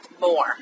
more